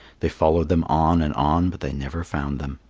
they followed them on and on, but they never found them.